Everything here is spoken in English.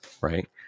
Right